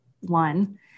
one